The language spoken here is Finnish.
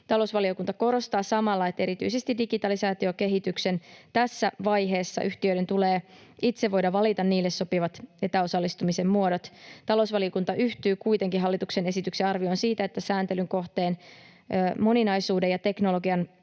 Talousvaliokunta korostaa samalla, että erityisesti digitalisaatiokehityksen tässä vaiheessa yhtiöiden tulee itse voida valita niille sopivat etäosallistumisen muodot. Talousvaliokunta yhtyy kuitenkin hallituksen esityksen arvioon siitä, että sääntelyn kohteen moninaisuudesta ja teknologian